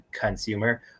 consumer